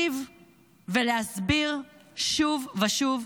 להשיב ולהסביר שוב ושוב,